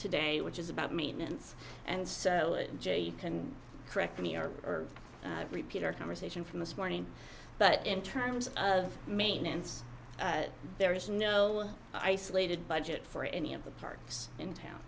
today which is about maintenance and so jay can correct me or repeat our conversation from this morning but in terms of maintenance there is no isolated budget for any of the parks in town